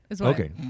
Okay